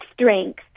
strength